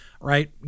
right